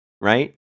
right